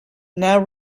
now